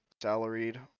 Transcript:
salaried